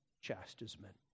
chastisement